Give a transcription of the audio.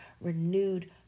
renewed